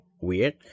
weird